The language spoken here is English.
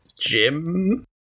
Jim